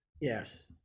yes